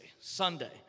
Sunday